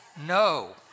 No